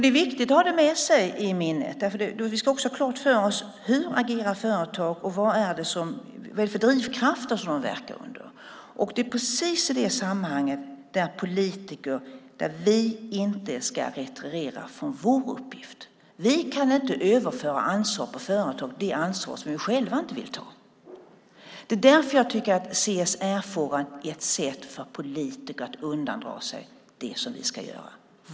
Det är viktigt att ha detta med sig i minnet. Vi ska också ha klart för oss hur företag agerar och vad det är för drivkrafter de verkar under. Det är precis i det sammanhanget som vi politiker inte ska retirera från vår uppgift. Vi kan inte överföra ansvar på företag, det ansvar som vi själva inte vill ta. Det är därför jag tycker att CSR-forum är ett sätt för politiker att undandra sig det som vi ska göra.